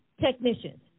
technicians